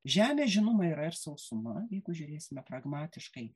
žemė žinoma yra ir sausuma jeigu žiūrėsime pragmatiškai